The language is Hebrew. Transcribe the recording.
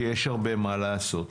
יש הרבה מה לעשות.